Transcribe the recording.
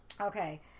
Okay